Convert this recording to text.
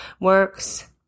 works